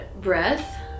breath